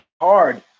hard